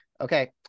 Okay